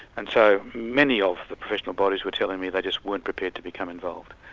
and so many of the professional bodies were telling me they just weren't prepared to become involved.